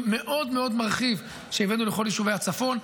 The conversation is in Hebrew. מאוד מאוד מרחיב שהבאנו לכל יישובי הצפון.